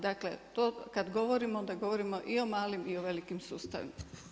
Dakle, kad govorimo onda govorimo i o malim i o velikim sustavima.